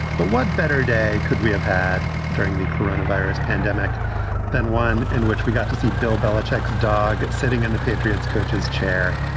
but what better day could we have had during the coronavirus pandemic than one in which we got to see bill belichick's dog sitting in the patriots coach's chair?